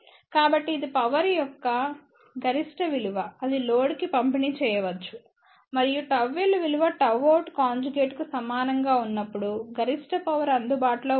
కాబట్టిఇది పవర్ యొక్క గరిష్ట విలువ అది లోడ్ కి పంపిణీ చెయ్యవచ్చు మరియు ΓL విలువ Γout కాంజుగేట్ కు సమానంగా ఉన్నప్పుడు గరిష్ట పవర్ అందుబాటులో ఉంటుంది